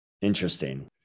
interesting